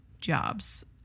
jobs